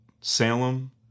Salem